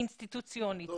אינסטיטוציונית,